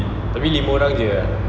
tapi lima orang jer